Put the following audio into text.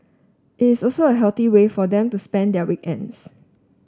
it is also a healthy way for them to spend their weekends